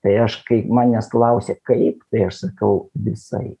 tai aš kai manęs klausia kaip tai aš sakau visaip